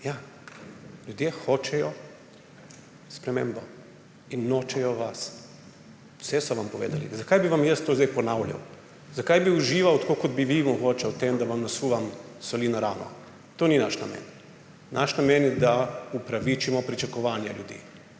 Ja, ljudje hočejo spremembo in nočejo vas. Vse so vam povedali. Zakaj bi vam jaz zdaj to ponavljal? Zakaj bi užival, tako kot bi vi mogoče, v tem, da vam nasipam soli na rano? To ni naš namen. Naš namen je, da upravičimo pričakovanja ljudi